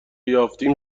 یافتیم